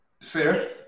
Fair